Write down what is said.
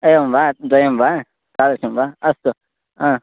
एवं वा द्वयं वा तादृशं वा अस्तु आ